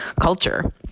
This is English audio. culture